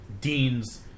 dean's